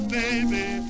baby